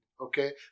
okay